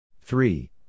Three